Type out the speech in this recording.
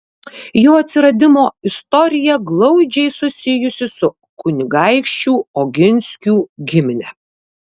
jo atsiradimo istorija glaudžiai susijusi su kunigaikščių oginskių gimine